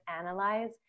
analyze